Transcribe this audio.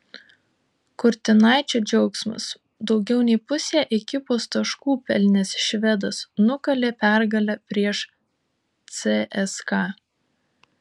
kurtinaičio džiaugsmas daugiau nei pusę ekipos taškų pelnęs švedas nukalė pergalę prieš cska